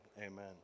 amen